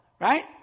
Right